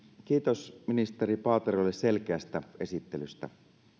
kiitos ministeri paaterolle selkeästä esittelystä